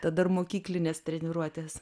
ta dar mokyklinės treniruotės